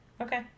okay